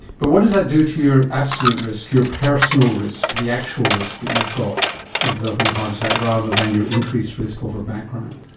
but what does that do to your absolute risk, your personal risk, the actual risk that you've got of developing a heart attack, rather than your increased risk over background?